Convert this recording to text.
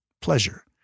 pleasure